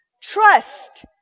trust